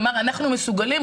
אמרו: אנחנו מסוגלים,